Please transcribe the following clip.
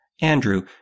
Andrew